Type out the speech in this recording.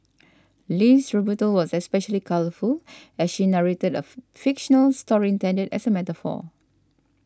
Lee's rebuttal was especially colourful as she narrated a fictional story intended as a metaphor